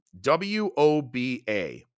W-O-B-A